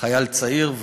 חייל צעיר.